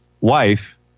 wife